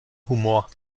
humor